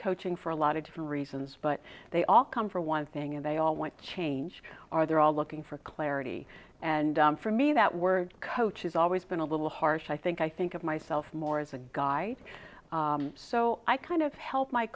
coaching for a lot of different reasons but they all come for one thing and they all want change are they're all looking for clarity and for me that were coaches always been a little harsh i think i think of myself more as a guy so i kind of help my